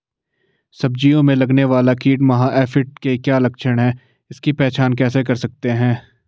सब्जियों में लगने वाला कीट माह एफिड के क्या लक्षण हैं इसकी पहचान कैसे कर सकते हैं?